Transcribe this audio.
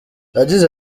yagize